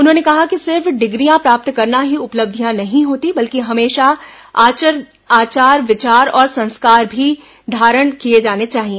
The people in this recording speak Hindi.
उन्होंने कहा कि सिर्फ डिग्रियां प्राप्त करना ही उपलब्धियां नहीं होती बल्कि हमेशा आचार विचार और संस्कार भी धारण किए जाने चाहिए